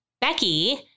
Becky